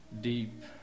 deep